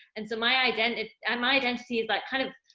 and so my identify, um identity is like kind of,